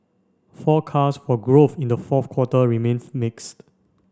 forecasts for growth in the fourth quarter remain mixed